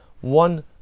one